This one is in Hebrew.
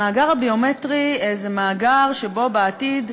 המאגר הביומטרי זה מאגר שבעתיד,